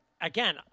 again